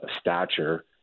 stature